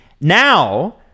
Now